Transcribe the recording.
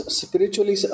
spiritually